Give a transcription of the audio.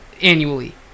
annually